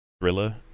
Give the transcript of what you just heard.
thriller